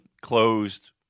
closed